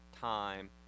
time